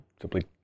simply